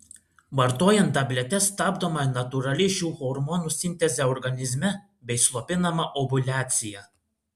vartojant tabletes stabdoma natūrali šių hormonų sintezė organizme bei slopinama ovuliacija